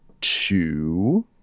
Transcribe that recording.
two